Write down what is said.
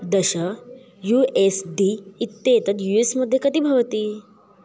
दश U S D इत्येतत् U S मध्ये कति भवति